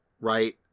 Right